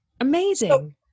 Amazing